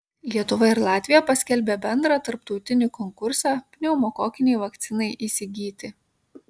lietuva ir latvija paskelbė bendrą tarptautinį konkursą pneumokokinei vakcinai įsigyti